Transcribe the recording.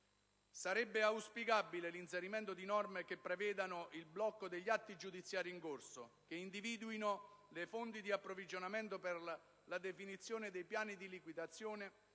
Sarebbe auspicabile l'inserimento di norme che prevedano il blocco degli atti giudiziari in corso, che individuino le fonti di approvvigionamento per la definizione dei piani di liquidazione,